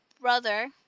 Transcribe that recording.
brother